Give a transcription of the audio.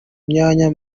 myanya